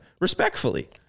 Respectfully